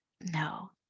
no